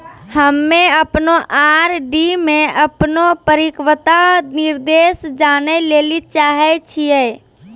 हम्मे अपनो आर.डी मे अपनो परिपक्वता निर्देश जानै ले चाहै छियै